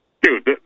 Dude